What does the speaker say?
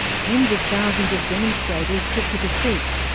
tens of thousands of demonstrators took to the streets,